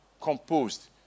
composed